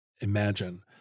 imagine